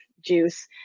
juice